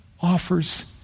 offers